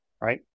right